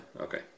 Okay